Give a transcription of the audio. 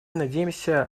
надеемся